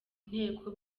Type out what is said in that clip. nteko